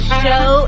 show